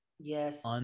yes